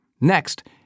Next